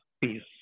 peace